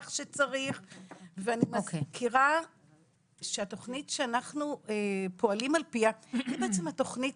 שצריך ואני מזכירה שהתוכנית שאנחנו פועלים על פיה היא בעצם התוכנית